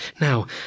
now